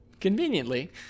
conveniently